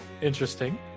Interesting